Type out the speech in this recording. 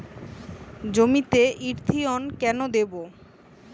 জমিতে ইরথিয়ন কেন দেবো?